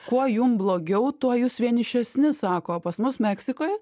kuo jum blogiau tuo jūs vienišesni sako pas mus meksikoj